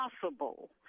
possible